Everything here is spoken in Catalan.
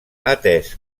atès